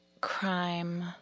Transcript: crime